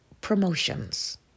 promotions